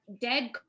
dead